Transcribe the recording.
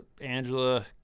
angela